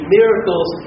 miracles